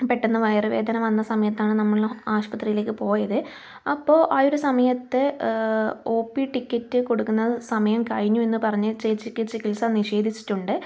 പെട്ടെന്ന് വയറുവേദന വന്ന സമയത്താണ് നമ്മൾ ആശുപത്രിയിലേക്ക് പോയത് അപ്പോൾ ആ ഒരു സമയത്ത് ഒ പി ടിക്കറ്റ് കൊടുക്കുന്ന സമയം കഴിഞ്ഞു എന്ന് പറഞ്ഞ് ചേച്ചിക്ക് ചികിത്സ നിഷേധിച്ചിട്ടുണ്ട്